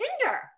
Tinder